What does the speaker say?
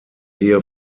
ehe